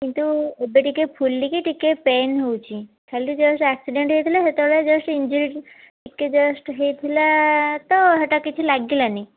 କିନ୍ତୁ ଏବେ ଟିକିଏ ଫୁଲିକି ଟିକେ ପେନ୍ ହଉଛି ଖାଲି ଜଷ୍ଟ ଆକ୍ସିଡ଼େଣ୍ଟ ହେଇଥିଲା ସେତେବେଳେ ଜଷ୍ଟ ଈଂଜୁରି ଟିକେ ଜଷ୍ଟ ହେଇଥିଲା ତ ହେଟା କିଛି ଲାଗିଲାନି